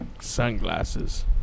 Sunglasses